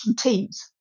teams